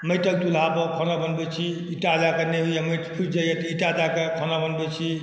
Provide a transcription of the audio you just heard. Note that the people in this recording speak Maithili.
माटिके चुल्हापर खाना बनबै छी ईंटा दऽ कऽ नहि होइए माटि फूटि जाइए ईंटा दऽ कऽ खाना बनबै छी